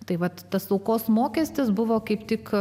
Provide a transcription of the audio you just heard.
tai vat paslaugos mokestis buvo kaip tik